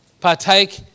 Partake